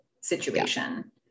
situation